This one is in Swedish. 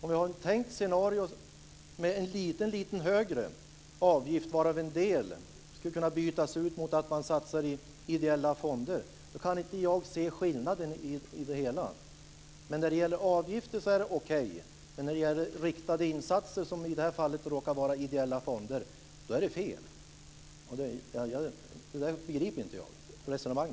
Man har ett tänkt scenario med en lite högre avgift, varav en del skulle kunna bytas ut mot en satsning i ideella fonder. Då kan inte jag se skillnaden. Avgifter är okej, men när det gäller riktade insatser - i detta fall råkar det vara ideella fonder - är det fel. Det resonemanget begriper inte jag.